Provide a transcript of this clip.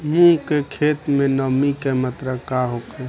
मूँगफली के खेत में नमी के मात्रा का होखे?